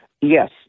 Yes